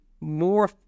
more